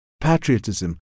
patriotism